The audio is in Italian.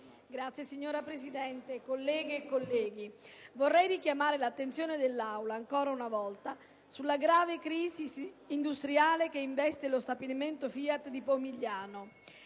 *(PD)*. Signora Presidente, colleghe e colleghi, vorrei richiamare l'attenzione dell'Assemblea, ancora una volta, sulla grave crisi industriale che investe lo stabilimento FIAT di Pomigliano